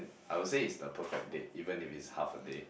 I will say is the perfect date even if it's half a day